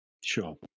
Sure